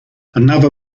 another